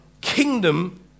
kingdom